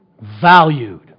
valued